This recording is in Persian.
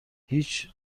هیچ